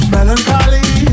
Melancholy